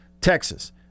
Texas